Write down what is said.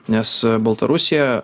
nes baltarusija